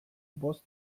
bost